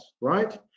right